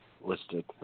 listed